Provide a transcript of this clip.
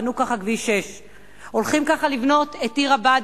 בנו כך את כביש 6. הולכים ככה לבנות את עיר הבה"דים.